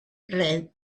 read